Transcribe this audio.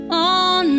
on